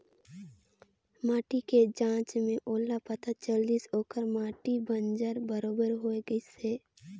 माटी के जांच में ओला पता चलिस ओखर माटी बंजर बरोबर होए गईस हे